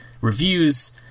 reviews